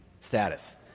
status